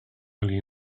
only